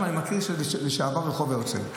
אני יודע שזה היה לשעבר רחוב הרצל.